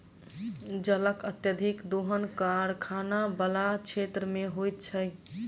जलक अत्यधिक दोहन कारखाना बला क्षेत्र मे होइत छै